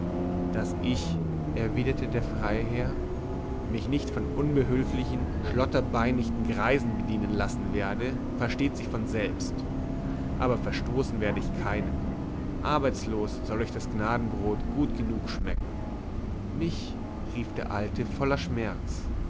daß ich erwiderte der freiherr mich nicht von unbehülflichen schlotterbeinichten greisen bedienen lassen werde versteht sich von selbst aber verstoßen werde ich keinen arbeitslos soll euch das gnadenbrot gut genug schmecken mich rief der alte voller schmerz